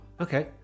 Okay